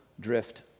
Drift